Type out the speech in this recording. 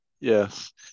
Yes